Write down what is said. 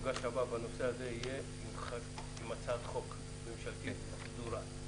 המפגש הבא בנושא הזה יהיה עם הצעת חוק ממשלתית סדורה.